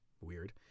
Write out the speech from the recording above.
Weird